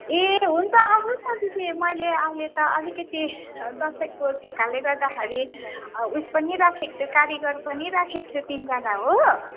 ए हुन्छ आउनोस् न दिदी मैले अहिले त अलिकिति दसैँको ठेकाले गर्दाखेरि उएस पनि राखेको छु कारिगर पनि राखेको छु तिनजना हो